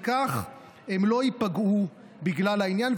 וכך הם לא ייפגעו בגלל העניין,